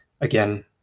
again